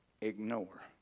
ignore